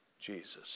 Jesus